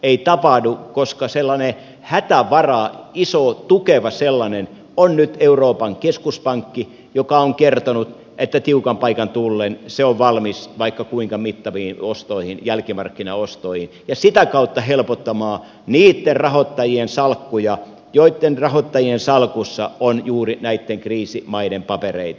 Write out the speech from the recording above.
ei tapahdu koska sellainen hätävara iso tukeva sellainen on nyt euroopan keskuspankki joka on kertonut että tiukan paikan tullen se on valmis vaikka kuinka mittaviin ostoihin jälkimarkkinaostoihin ja sitä kautta helpottamaan niitten rahoittajien salkkuja joitten rahoittajien salkussa on juuri näitten kriisimaiden papereita